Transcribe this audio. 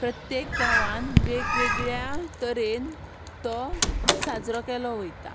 प्रत्येक गांवांत वेगवेगळ्या तरेन तो साजरो केलो वता